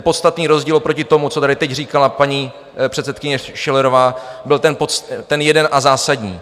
Podstatný rozdíl oproti tomu, co tady teď říkala paní předsedkyně Schillerová, byl ten jeden a zásadní.